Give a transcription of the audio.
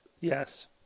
Yes